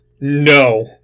No